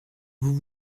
vous